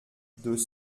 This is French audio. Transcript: deux